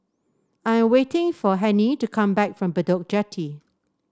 I am waiting for Hennie to come back from Bedok Jetty